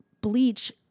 bleach